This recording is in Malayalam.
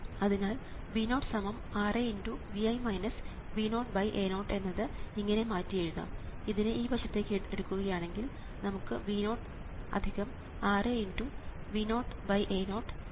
അതിനാൽ V0 6×Vi V0A0 എന്നത് ഇങ്ങനെ മാറ്റിയെഴുതാം ഇതിനെ ഈ വശത്തേക്ക് എടുക്കുകയാണെങ്കിൽ നമുക്ക് V0 6×V0A0 6×Vi എന്ന് എഴുതാം